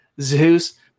Zeus